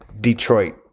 Detroit